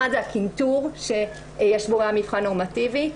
האחד, זה הקנטור, --- מבחן נורמטיבי.